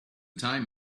time